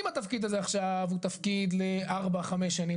"אם התפקיד הזה עכשיו הוא תפקיד לארבע או חמש שנים,